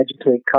educate